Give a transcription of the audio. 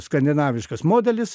skandinaviškas modelis